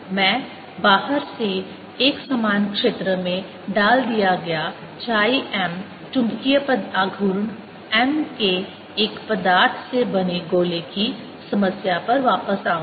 मैं बाहर से एकसमान क्षेत्र में डाल दिया गया chi m चुंबकीय आघूर्ण m के एक पदार्थ से बने गोले की समस्या पर वापस आऊंगा